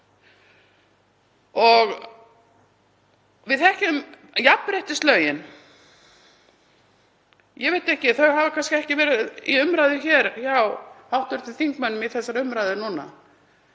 Við þekkjum jafnréttislögin. Ég veit ekki, þau hafa kannski ekki verið í umræðunni hjá hv. þingmönnum í þessari umræðu núna.